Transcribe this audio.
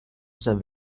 jsem